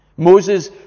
Moses